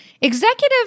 Executive